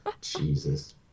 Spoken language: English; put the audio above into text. Jesus